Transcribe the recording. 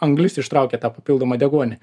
anglis ištraukia tą papildomą deguonį